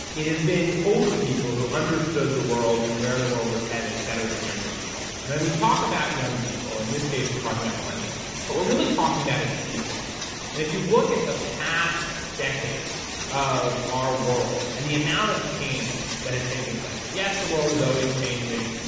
it has been older people who understood the world and where the world was headed better than younger people. and when we talk about young people, in this case we're talking about millennials, what we're really talking about is the future. and if you look at the past decade of our world and the amount of change that has taken place, yes, the world is always changing,